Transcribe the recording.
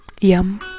yum